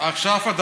בעוטף עזה?